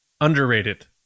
underrated